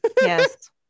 Yes